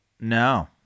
No